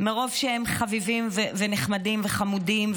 מרוב שהם חביבים ונחמדים וחמודים,